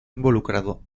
involucrado